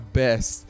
best